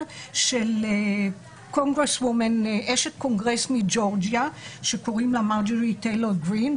של אשת קונגרס מג'ורג'יה שקוראים לה מרג'ורי טיילור גרין,